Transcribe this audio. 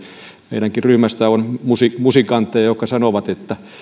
meidänkin ryhmässä on musikantteja jotka sanovat että